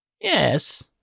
Yes